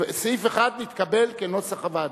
התקבל כנוסח הוועדה.